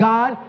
God